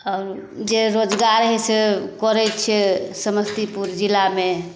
आओर जे रोजगार हइ से करै छिए समस्तीपुर जिलामे